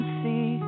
see